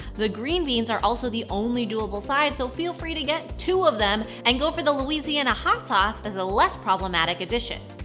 the green beans are also the only do-able side, so feel free to get two of them and go for the louisiana hot sauce as a less problematic addition.